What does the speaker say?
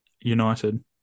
United